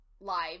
live